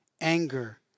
Anger